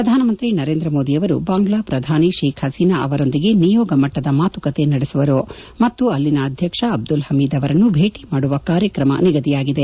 ಪ್ರಧಾನಮಂತ್ರಿ ನರೇಂದ್ರ ಮೋದಿಯವರು ಬಾಂಗ್ಲಾ ಪ್ರಧಾನಿ ಶೇಕ್ ಪಸೀನಾ ಅವರೊಂದಿಗೆ ನಿಯೋಗ ಮಟ್ಟದ ಮಾತುಕತೆ ನಡೆಸುವರು ಮತ್ತು ಅಲ್ಲಿನ ಅಧ್ಯಕ್ಷ ಅಬ್ದುಲ್ ಹಮೀದ್ ಅವರನ್ನು ಭೇಟಿ ಮಾಡುವ ಕಾರ್ಯಕ್ರಮ ನಿಗದಿಯಾಗಿದೆ